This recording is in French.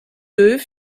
deux